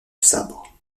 sabre